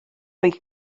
oedd